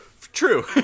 True